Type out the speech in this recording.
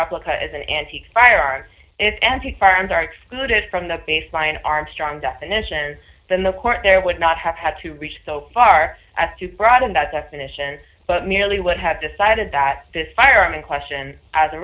replica is an antique firearm is empty firearms are excluded from the baseline armstrong definition than the court there would not have had to reach so far as to broaden that definition but merely would have decided that this firearm in question as a